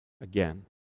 again